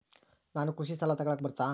ನಾನು ಕೃಷಿ ಸಾಲ ತಗಳಕ ಬರುತ್ತಾ?